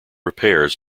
repairs